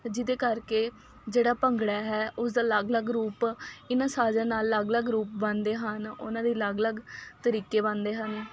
ਜਿਹਦੇ ਕਰਕੇ ਜਿਹੜਾ ਭੰਗੜਾ ਹੈ ਉਸਦਾ ਅਲੱਗ ਅਲੱਗ ਰੂਪ ਇਹਨਾਂ ਸਾਜਾਂ ਨਾਲ ਅਲੱਗ ਅਲੱਗ ਰੂਪ ਬਣਦੇ ਹਨ ਉਹਨਾਂ ਦੀ ਅਲੱਗ ਅਲੱਗ ਤਰੀਕੇ ਬਣਦੇ ਹਨ